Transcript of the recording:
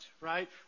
right